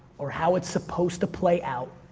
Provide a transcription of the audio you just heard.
or how it's supposed to play out,